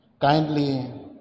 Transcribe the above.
Kindly